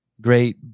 Great